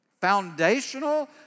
Foundational